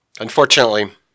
unfortunately